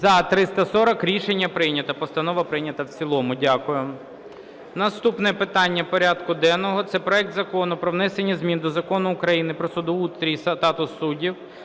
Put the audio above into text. За-340 Рішення прийнято. Постанова прийнята в цілому. Дякую. Наступне питання порядку денного – це проект Закону про внесення змін до Закону України "Про судоустрій і статус суддів"